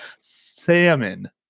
salmon